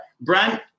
Brent